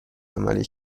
عملی